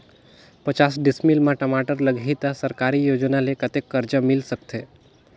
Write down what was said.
पचास डिसमिल मा टमाटर लगही त सरकारी योजना ले कतेक कर्जा मिल सकथे?